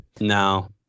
No